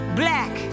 black